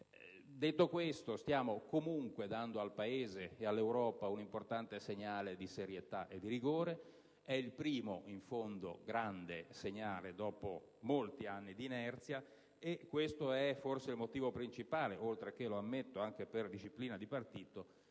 Detto questo, stiamo comunque dando al Paese ed all'Europa un importante segnale di serietà e di rigore. È in fondo il primo grande segnale dopo molti anni di inerzia, e questo è forse il motivo principale, oltre - lo ammetto - alla disciplina di partito,